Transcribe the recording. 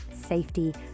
safety